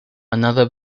another